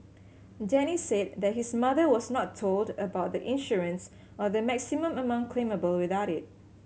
Denny said that his mother was not told about the insurance or the maximum amount claimable without it